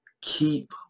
Keep